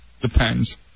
Depends